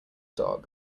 dog